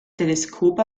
teleskop